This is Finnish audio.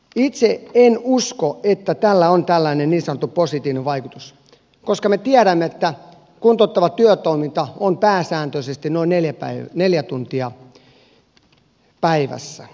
itse en usko että tällä on tällainen niin sanottu positiivinen vaikutus koska me tiedämme että kuntouttavaa työtoimintaa on pääsääntöisesti noin neljä tuntia päivässä